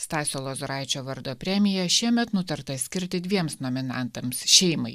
stasio lozoraičio vardo premija šiemet nutarta skirti dviems nominantams šeimai